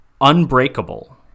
Unbreakable